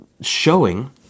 showing